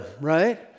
right